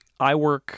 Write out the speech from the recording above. iWork